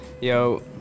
Yo